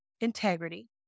integrity